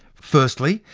firstly,